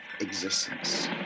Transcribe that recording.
existence